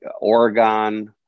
Oregon